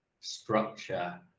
structure